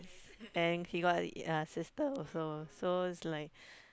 and he got a sister also so it's like